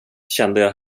kände